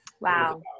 wow